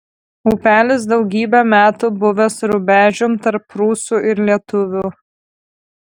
upelis daugybę metų buvęs rubežium tarp prūsų ir lietuvių